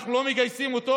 אנחנו לא מגייסים אותו?